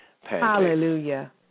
Hallelujah